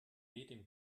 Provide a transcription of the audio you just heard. dem